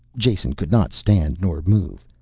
jason could not stand nor move.